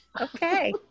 Okay